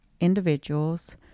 individuals